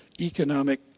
economic